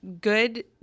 good